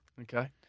Okay